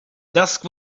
dusk